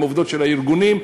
הן עובדות של הארגונים.